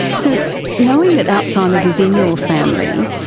so knowing that alzheimer's is in your family,